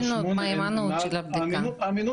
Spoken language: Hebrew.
גם האמינות משתנה.